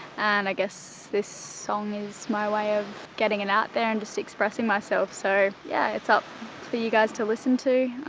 and i guess this song is my way of getting it out there and just expressing myself. so, yeah, it's up for your guys to listen to.